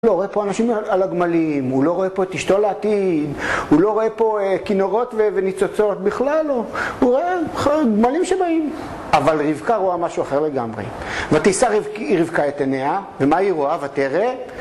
הוא לא רואה פה אנשים על הגמלים, הוא לא רואה פה את אשתו לעתיד, הוא לא רואה פה כינורות וניצוצות בכלל, הוא רואה גמלים שבאים. אבל רבקה רואה משהו אחר לגמרי. ותישא רבקה את עיניה, ומה היא רואה? ותרא